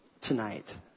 tonight